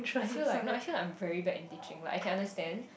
I feel like no I feel like I'm very bad in teaching like I can understand